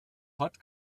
hat